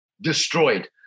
destroyed